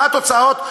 מה התוצאות?